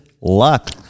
luck